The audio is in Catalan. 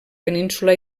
península